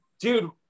dude